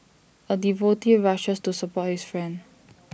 A devotee rushes to support his friend